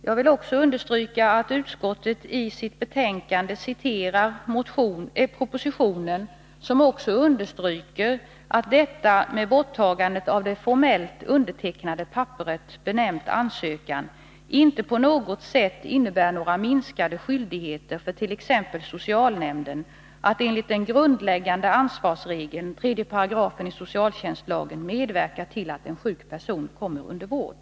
Jag vill också understryka att utskottet i sitt betänkande citerar propositionen, i vilken framhålls att detta med borttagande av det formellt undertecknade papperet, benämnt ansökan, inte på något sätt innebär minskade skyldigheter för t.ex. socialnämnden att enligt den grundläggande ansvarsregeln i 3 8 socialtjänstlagen medverka till att en sjuk person kommer under vård.